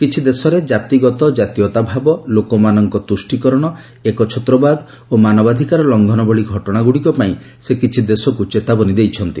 କିଛି ଦେଶରେ ଜାତିଗତ ଜାତୀୟତାଭାବ ଲୋକମାନଙ୍କ ତୁଷ୍ଠିକରଣ ଏକଛତ୍ରବାଦ ଓ ମାନବାଧିକାର ଲଙ୍ଘନ ଭଳି ଘଟଣାଗୁଡ଼ିକ ପାଇଁ ସେ କିଛି ଦେଶକୁ ଚେତାବନୀ ଦେଇଛନ୍ତି